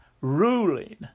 ruling